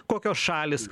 kokios šalys